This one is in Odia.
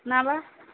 ନା ବା